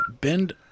Bend